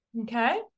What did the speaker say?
Okay